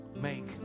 make